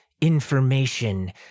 information